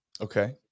Okay